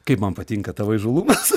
kaip man patinka tavo įžūlumas